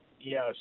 Yes